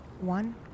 one